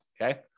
okay